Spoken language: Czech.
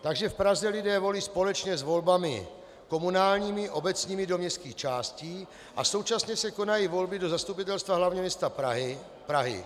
Takže v Praze lidé volí společně s volbami komunálními, obecními do městských částí a současně se konají volby do Zastupitelstva hlavního města Prahy.